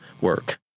work